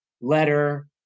letter